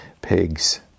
pigs